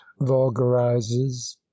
vulgarizes